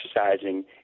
exercising